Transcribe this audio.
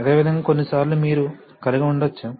అదేవిధంగా కొన్నిసార్లు మీరు కలిగి ఉండవచ్చు